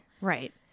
Right